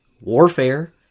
warfare